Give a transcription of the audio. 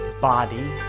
body